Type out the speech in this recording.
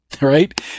right